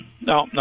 no